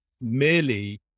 merely